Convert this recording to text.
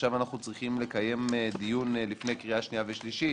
עכשיו אנחנו צריכים לקיים דיון לפני קריאה שנייה ושלישית.